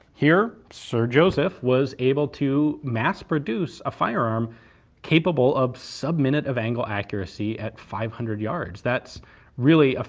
here sir joseph was able to mass-produce a firearm capable of sub-minute of angle accuracy at five hundred yards. that's really a.